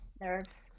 Nerves